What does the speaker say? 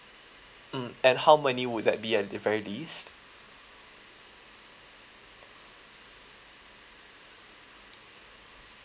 mm and how many would that be at the very least